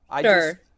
Sure